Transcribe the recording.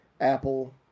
Apple